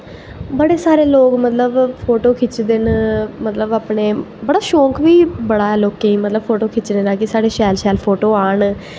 बड़े सारे लोग मतलब फोटो खिच्चदे न मतलब अपने बड़ा शौक बी बड़ा ऐ लोकें ई फोटो खिच्चने दा कि साढ़े शैल शैल फोटो आन